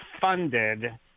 funded